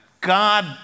God